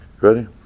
Ready